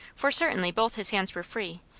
for certainly both his hands were free,